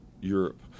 Europe